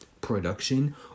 production